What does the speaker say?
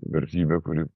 vertybė kuri